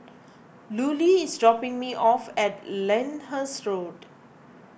Lulie is dropping me off at Lyndhurst Road